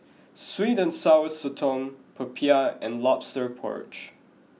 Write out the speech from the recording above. Sweet and Sour Sotong Popiah and Lobster Porridge